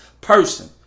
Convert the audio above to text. person